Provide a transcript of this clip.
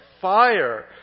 fire